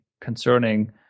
concerning